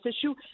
issue